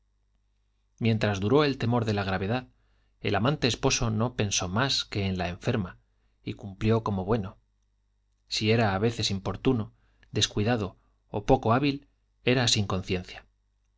mientras duró el temor de la gravedad el amante esposo no pensó más que en la enferma y cumplió como bueno si era a veces importuno descuidado o poco hábil era sin conciencia